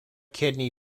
kidney